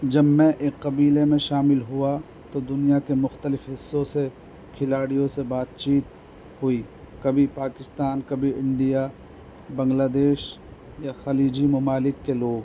جب میں ایک قبیلے میں شامل ہوا تو دنیا کے مختلف حصوں سے کھلاڑیوں سے بات چیت ہوئی کبھی پاکستان کبھی انڈیا بنگلہ دیش یا خلیجی ممالک کے لوگ